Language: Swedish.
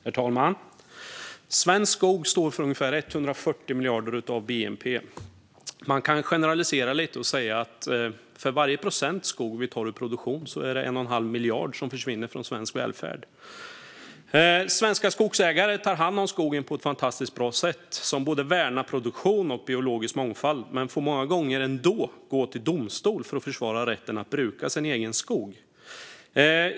Herr talman! Svensk skog står för ungefär 140 miljarder av bnp. Man kan generalisera lite och säga att för varje procent skog vi tar ur produktion försvinner 1 1⁄2 miljard från svensk välfärd. Svenska skogsägare tar hand om skogen på ett fantastiskt bra sätt som värnar både produktion och biologisk mångfald, men många gånger får de ändå gå till domstol för att försvara rätten att bruka sin egen skog.